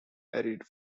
arid